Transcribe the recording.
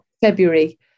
February